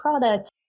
product